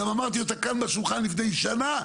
גם אמרתי אותה כאן בשולחן לפני שנה,